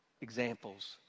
examples